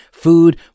Food